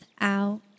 out